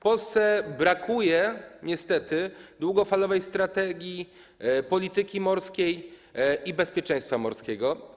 Polsce brakuje niestety długofalowej strategii polityki morskiej i bezpieczeństwa morskiego.